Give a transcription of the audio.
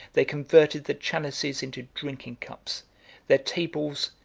they converted the chalices into drinking-cups their tables,